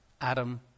Adam